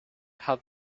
had